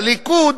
הליכוד,